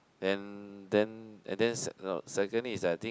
and then and then se~ secondly is I think